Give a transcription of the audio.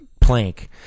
plank